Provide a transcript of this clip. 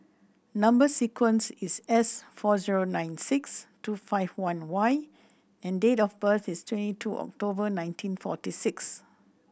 number sequence is S four zero nine six two five one Y and date of birth is twenty two October nineteen forty six